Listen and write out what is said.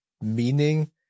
meaning